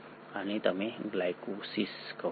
આને તમે ગ્લાયકોલિસિસ કહો છો